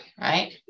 right